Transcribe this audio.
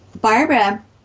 Barbara